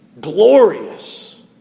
Glorious